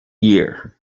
year